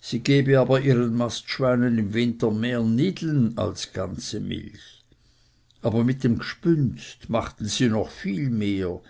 sie gebe aber ihren mastschweinen im winter mehr nidlen als ganze milch aber mit dem gspünnst machten sie noch viel mehr